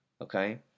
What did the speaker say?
Okay